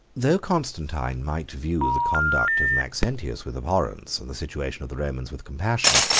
though constantine might view the conduct of maxentius with abhorrence, and the situation of the romans with compassion,